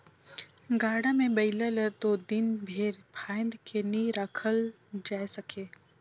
गाड़ा मे बइला ल दो दिन भेर फाएद के नी रखल जाए सके